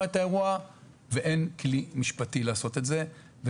את האירוע ואין כלי משפטי לעשות את זה,